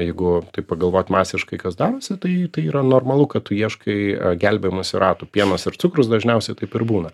jeigu taip pagalvot masiškai kas darosi tai tai yra normalu kad tu ieškai gelbėjimosi ratų pienas ir cukrus dažniausiai taip ir būna